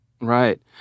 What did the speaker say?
Right